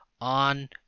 On